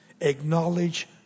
acknowledge